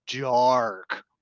dark